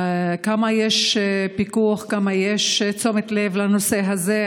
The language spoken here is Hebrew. כמה יש פיקוח, כמה יש תשומת לב לנושא הזה.